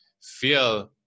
feel